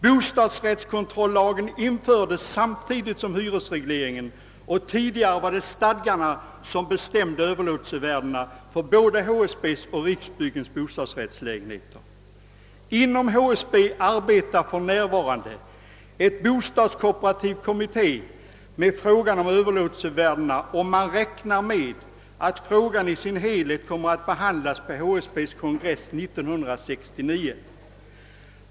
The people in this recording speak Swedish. Bostadsrättskontrollagen infördes samtidigt som hyresregleringen. Tidigare var det stadgarna som bestämde överlåtelsevärdena för både HSB:s och Riksbyggens bostadsrättslägenheter. Inom HSB arbetar för närvarande en bostadskooperativ kommitté med frågan om Ööverlåtelsevärdena, och man räknar med att frågan i sin helhet kommer att behandlas på HSB:s kongress 1969.